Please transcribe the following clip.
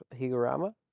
Higurama